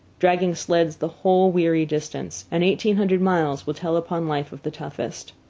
dragging sleds the whole weary distance and eighteen hundred miles will tell upon life of the toughest.